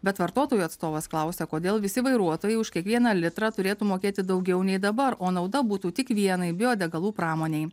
bet vartotojų atstovas klausia kodėl visi vairuotojai už kiekvieną litrą turėtų mokėti daugiau nei dabar o nauda būtų tik vienai biodegalų pramonei